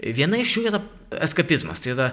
viena iš jų yra eskapizmas tai yra